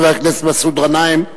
חבר הכנסת מסעוד גנאים.